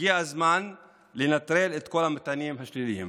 הגיע הזמן לנטרל את כל המטענים השליליים,